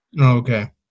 Okay